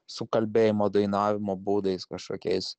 su kalbėjimo dainavimo būdais kažkokiais